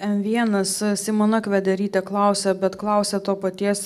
m vienas simona kvederytė klausė bet klausė to paties